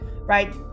right